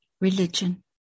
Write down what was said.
religion